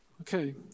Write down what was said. Okay